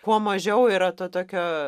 kuo mažiau yra to tokio